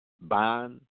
ban